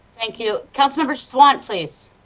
thank you. councilmember sawant please.